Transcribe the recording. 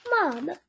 Mom